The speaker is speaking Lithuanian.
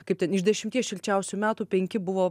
kaip ten iš dešimties šilčiausių metų penki buvo